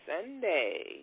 Sunday